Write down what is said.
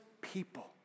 people